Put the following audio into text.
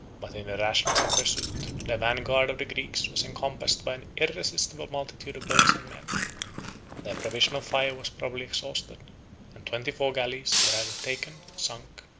but in the rashness of pursuit, the vanguard of the greeks was encompassed by an irresistible multitude of boats and men their provision of fire was probably exhausted and twenty-four galleys were either taken, sunk,